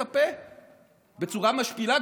את הפה בצורה משפילה,